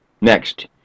Next